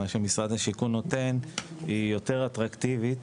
מה שמשרד השיכון נותן היא יותר אטרקטיבית,